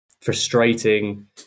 frustrating